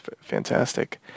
Fantastic